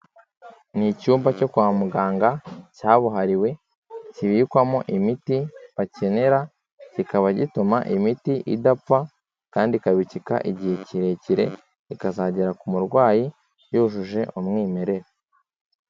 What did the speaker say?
Ni icyumba cyo kwa muganga cyabuhariwe, kibikwamo imiti bakenera, kikaba gituma imiti idapfa kandi ikabikika igihe kirekire, ikazagera ku murwayi yujuje umwimerere.